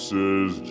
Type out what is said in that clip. Says